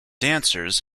dancers